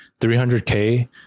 300K